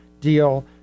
deal